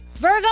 Virgo